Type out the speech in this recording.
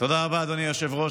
תודה רבה, אדוני היושב-ראש.